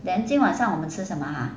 then 今晚上我们吃什么 ha